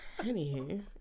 Anywho